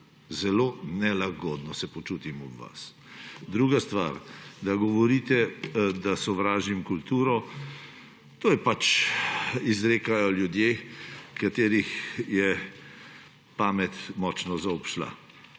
zelo nelagodno se počutim ob vas. Druga stvar, da govorite, da sovražim kulturo. To pač izrekajo ljudje, katerih je pamet močno zaobšla.